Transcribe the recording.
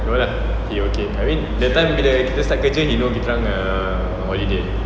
no lah he okay I mean that time bila kita start kerja he know kita orang uh holiday